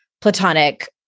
platonic